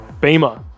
Beamer